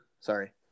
Sorry